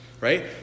Right